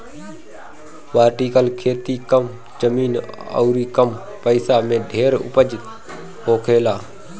vertical खेती कम जमीन अउरी कम पइसा में ढेर उपज होखेला